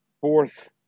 fourth